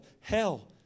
hell